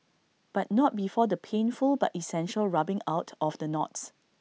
but not before the painful but essential rubbing out of the knots